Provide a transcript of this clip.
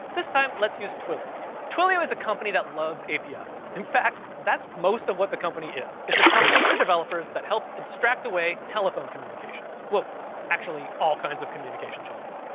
this time let's use twilio. twilio is a company that loves apis. in fact, that's most of what the company is. it's a company for developers that helps abstract away telephone communications, well actually all kinds of communication channels.